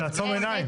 זה לעצום עיניים.